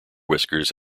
whiskers